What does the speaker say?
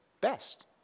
best